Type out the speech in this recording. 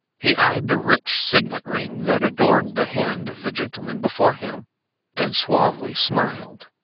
he eyed the rich signet ring that adorned the hand of the gentleman before him and suavely smiled.